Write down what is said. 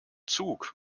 zug